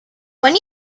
when